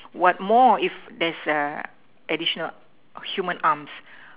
what more if there's a additional human arms